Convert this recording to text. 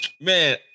man